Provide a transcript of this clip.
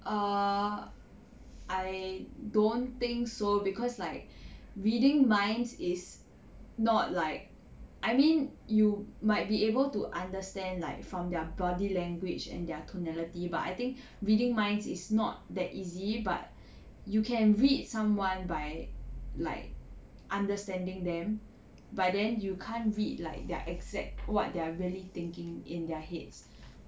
err I don't think so cause like reading minds is not like I mean you might be able to understand like from their body language and they're tonality but I think reading minds is not that easy but you can read someone by like understanding them but then you can't read like their exact what they're really thinking in their heads